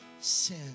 sin